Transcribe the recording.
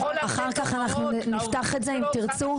אחר כך אנחנו נפתח את זה אם תרצו,